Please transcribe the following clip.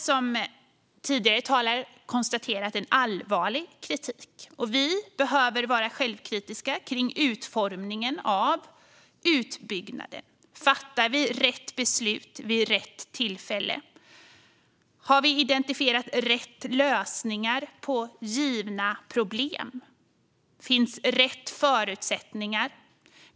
Som tidigare talare har konstaterat är det en allvarlig kritik, och vi behöver vara självkritiska kring utformningen av utbyggnaden. Fattar vi rätt beslut vid rätt tillfälle? Har vi identifierat rätt lösningar på givna problem? Finns rätt förutsättningar?